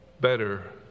better